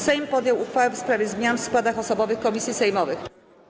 Sejm podjął uchwałę w sprawie zmian w składach osobowych komisji sejmowych.